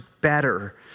better